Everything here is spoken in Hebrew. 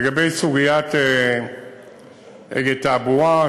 לגבי סוגיית "אגד תעבורה",